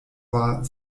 war